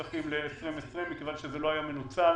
כספים ל-2020 מכיוון שזה לא היה מנוצל.